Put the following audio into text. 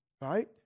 right